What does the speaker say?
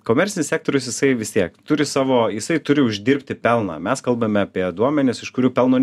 komercinis sektorius jisai vis tiek turi savo jisai turi uždirbti pelną mes kalbame apie duomenis iš kurių pelno